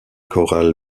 corral